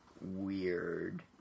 weird